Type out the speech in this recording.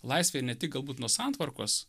laisvė ne tik galbūt nuo santvarkos